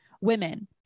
women